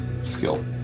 skill